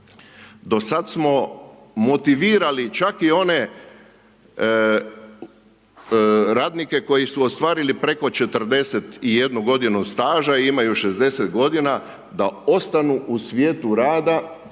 do sada smo motivirali čak i one radnike koji su ostvarili preko 41 godinu staža, imaju 60 godina, da ostanu u svijetu rada,